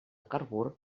carbur